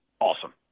awesome